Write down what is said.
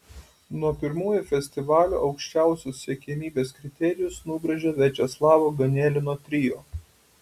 nuo pirmųjų festivalių aukščiausius siekiamybės kriterijus nubrėžė viačeslavo ganelino trio